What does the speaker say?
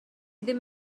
ddim